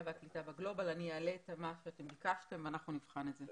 והקליטה ב-גלובל ואני אעלה את מה שביקשתם ואנחנו נבחן את זה.